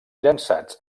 llançats